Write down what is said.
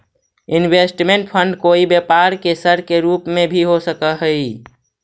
investment fund कोई व्यापार के सर के रूप में भी हो सकऽ हई